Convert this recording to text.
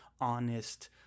honest